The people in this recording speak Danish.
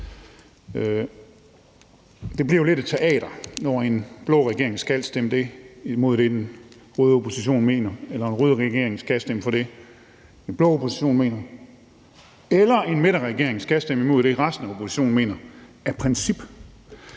Det bliver jo lidt et teaterstykke, når en blå regering skal stemme imod det, den røde opposition mener, eller når en rød regering skal stemme imod det, en blå opposition mener, eller når en midterregering skal stemme imod det, resten af oppositionen mener, af princip.